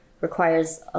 requires